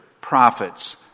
prophets